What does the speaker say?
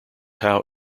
how